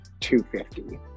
250